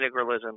integralism